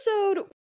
episode